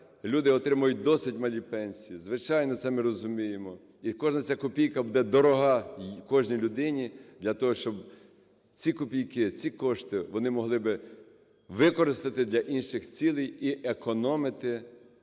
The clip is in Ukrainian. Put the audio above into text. люди отримують досить малі пенсії, звичайно, це ми розуміємо, і кожна ця копійка буде дорога кожній людині, для того щоб ці копійки, ці кошти вони могли б використати для інших цілей і економити